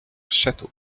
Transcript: château